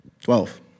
Twelve